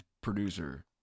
producer